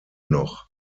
noch